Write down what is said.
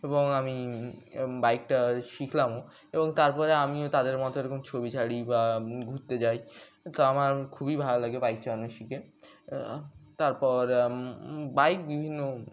এবং আমি বাইকটা শিখলামও এবং তারপরে আমিও তাদের মতো এরকম ছবি ছাড়ি বা ঘুরতে যাই তো আমার খুবই ভালো লাগে বাইক চালানো শিখে তারপর বাইক বিভিন্ন